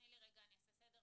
אני אעשה סדר.